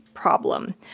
problem